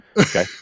Okay